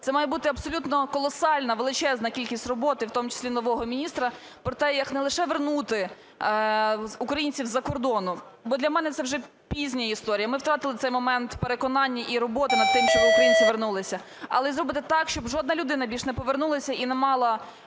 це має бути абсолютно колосальна, величезна кількість роботи, в тому числі нового міністра про те, як не лише вернути українців із-за кордону. Бо для мене це вже пізня історія, ми втратили цей момент переконання і роботи над тим, щоб українці вернулися. Але зробити так, щоб жодна людина більше не повернулася і не мала